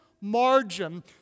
margin